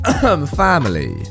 family